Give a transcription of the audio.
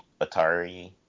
Atari